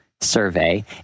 survey